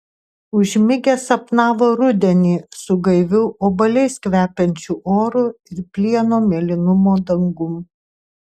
užmigęs sapnavo rudenį su gaiviu obuoliais kvepiančiu oru ir plieno mėlynumo dangum